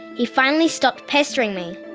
he finally stopped pestering me,